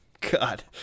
God